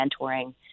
mentoring